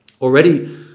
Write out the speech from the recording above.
Already